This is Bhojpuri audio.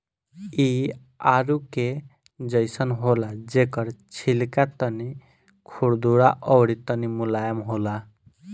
इ आडू के जइसन होला जेकर छिलका तनी खुरदुरा अउरी तनी मुलायम होला